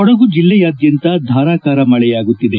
ಕೊಡಗು ಜಿಲ್ಲೆಯಾದ್ಲಂತ ಧಾರಾಕಾರ ಮಳೆಯಾಗುತ್ತಿದೆ